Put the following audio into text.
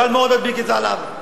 קל מאוד להדביק את זה עליו.